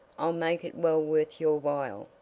i'll make it well worth your while.